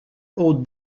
haute